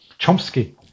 Chomsky